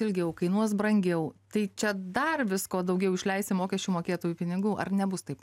ilgiau kainuos brangiau tai čia dar visko daugiau išleisi mokesčių mokėtojų pinigų ar nebus taip